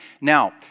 Now